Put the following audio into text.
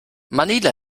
manila